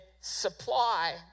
supply